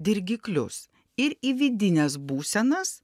dirgiklius ir į vidines būsenas